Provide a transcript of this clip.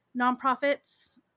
nonprofits